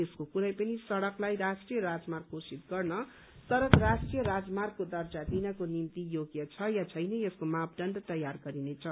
देशको कुनै पनि सड़कलाई राष्ट्रीय राजमार्ग घोषित गर्न सड़क राष्ट्रीय राजमार्गको दर्जा दिनको निम्ति योग्य छ या छैन यसको मापदण्ड तयार गरिनेछ